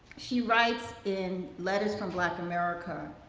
she writes in letters from black america,